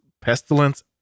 pestilence